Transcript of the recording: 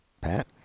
Pat